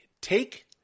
take